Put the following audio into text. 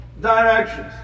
directions